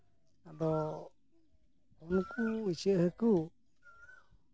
ᱟᱫᱚ ᱱᱩᱠᱩ ᱤᱪᱟᱹᱜ ᱦᱟᱹᱠᱩ